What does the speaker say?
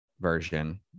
version